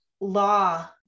law